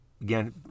Again